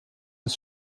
des